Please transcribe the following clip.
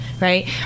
Right